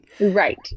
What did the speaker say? right